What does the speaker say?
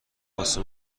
واسه